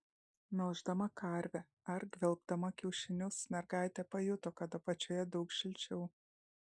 melždama karvę ar gvelbdama kiaušinius mergaitė pajuto kad apačioje daug šilčiau